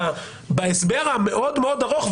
בהסבר המאוד מאוד ארוך,